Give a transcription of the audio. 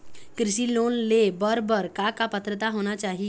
कृषि लोन ले बर बर का का पात्रता होना चाही?